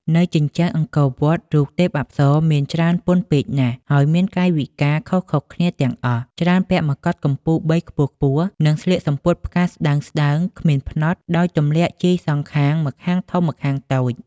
នៅជញ្ជាំងអង្គរវត្ដ រូបទេពអប្សរមានច្រើនពន់ពេកណាស់ ហើយមានកាយវិការខុសៗគ្នាទាំងអស់ ច្រើនពាក់មកុដកំពូលបីខ្ពស់ៗ និងស្លៀកសំពត់ផ្កាស្ដើងៗគ្មានផ្នត់ ដោយទម្លាក់ជាយសងខាង ម្ខាងធំ ម្ខាងតូច ។